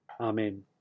Amen